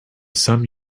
some